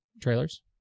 trailers